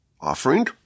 offering